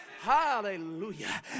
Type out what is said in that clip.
Hallelujah